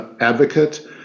advocate